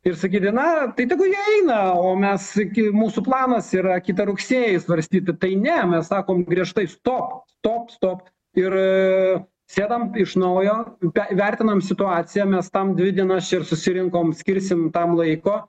ir sakyti na tai tegu jie eina o mes gi mūsų planas yra kitą rugsėjį svarstyti tai ne mes sakom griežtai stop stop stop ir sėdam iš naujo įvertinam situaciją mes tam dvi dienas čia ir susirinkom skirsim tam laiko